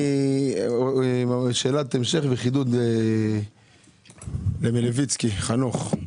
שאלת המשך וחידוד למלביצקי חנוך.